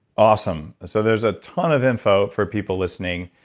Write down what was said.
awesome. so there's a ton of info for people listening.